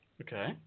Okay